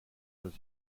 was